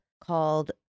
called